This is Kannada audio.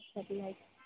ಸರಿ ಆಯಿತು